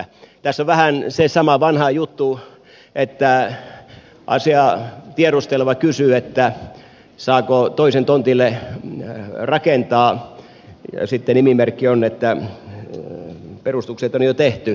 tässä on vähän se sama vanha juttu että asiaa tiedusteleva kysyy saako toisen tontille rakentaa ja sitten nimimerkki on että perustukset on jo tehty